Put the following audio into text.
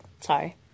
Sorry